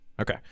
Okay